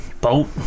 boat